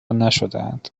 نشدهاند